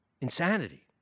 Insanity